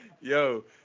Yo